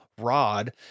rod